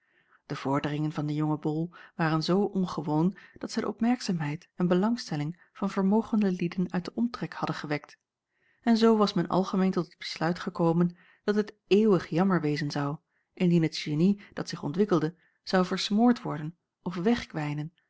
de vorderingen van den jongen bol waren zoo ongewoon dat zij de opmerkzaamheid en belangstelling van vermogende lieden uit den omtrek hadden gewekt en zoo was men algemeen tot het besluit gekomen dat het eeuwig jammer wezen zou indien het genie dat zich ontwikkelde zou versmoord worjacob van